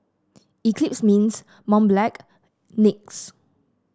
Eclipse Mints Mont Blanc NYX